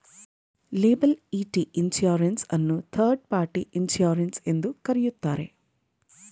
liability insurance ಅನ್ನು third party insurance ಎಂದು ಕರೆಯುತ್ತಾರೆ